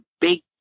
big